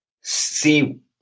see